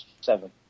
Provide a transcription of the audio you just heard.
Seven